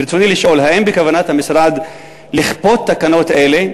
ברצוני לשאול: האם בכוונת המשרד לכפות תקנות אלה,